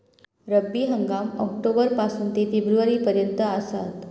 रब्बी हंगाम ऑक्टोबर पासून ते फेब्रुवारी पर्यंत आसात